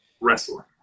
wrestling